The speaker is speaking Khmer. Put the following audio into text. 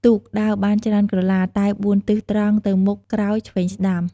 ទូក ដើរបានច្រើនក្រឡា តែ ៤ទិសត្រង់ ទៅមុខ ក្រោយ ឆ្វេង ស្កាំ។